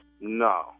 No